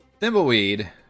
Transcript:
Thimbleweed